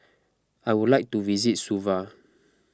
I would like to visit Suva